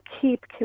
keep